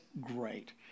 great